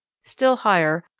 still higher,